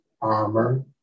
armor